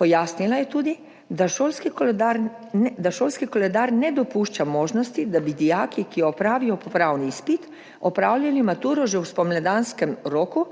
Pojasnila je tudi, da šolski koledar ne dopušča možnosti, da bi dijaki, ki opravijo popravni izpit, opravljali maturo že v spomladanskem roku,